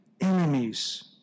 enemies